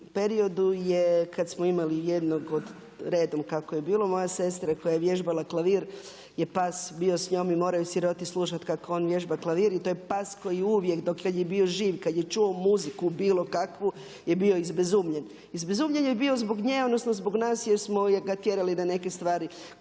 periodu je kada smo imali jednog redom kako je bilo moja sestra koja je vježbala klavir je pas bio s njom i morao je siroti slušati kako ona vježba klavir i to je pas koji uvijek dok kada je bio živ kad je čuo muziku bilo kakvu je bio izbezumljen. Izbezumljen je bio zbog nje odnosno zbog nas jer smo ga tjerali da neke stvari